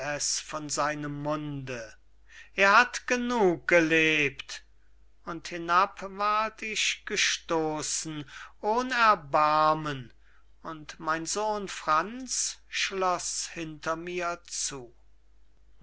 von seinem munde er hat genug gelebt und hinab ward ich gestossen ohn erbarmen und mein sohn franz schloß hinter mir zu